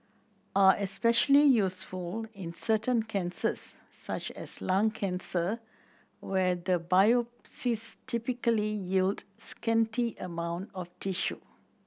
are especially useful in certain cancers such as lung cancer where the biopsies typically yield scanty amount of tissue